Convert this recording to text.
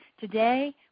today